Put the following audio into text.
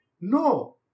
No